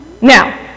Now